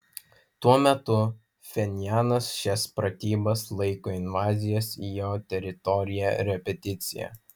tuo metu pchenjanas šias pratybas laiko invazijos į jo teritoriją repeticija